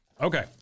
Okay